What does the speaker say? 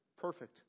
perfect